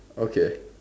okay